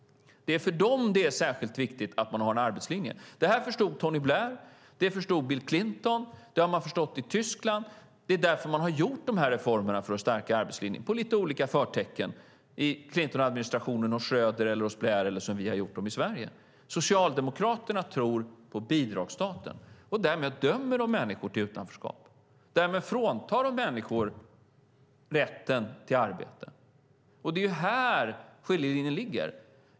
Det är för dem det är särskilt viktigt att man har en arbetslinje. Det här förstod Tony Blair, det förstod Bill Clinton och det har man förstått i Tyskland. Det är därför man har gjort reformerna för att stärka arbetslinjen - med lite olika förtecken i Clintonadministrationen, hos Schröder, hos Blair eller som vi har gjort dem i Sverige. Socialdemokraterna tror på bidragsstaten, och därmed dömer de människor till utanförskap. Därmed fråntar det människor rätten till arbete. Det är här skiljelinjen går.